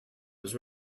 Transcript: was